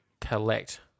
collect